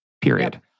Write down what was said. period